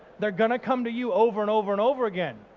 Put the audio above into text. they're gonna come to you over and over and over again.